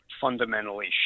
fundamentally